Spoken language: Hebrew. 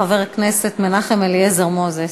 חבר הכנסת מנחם אליעזר מוזס.